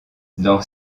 dans